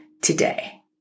today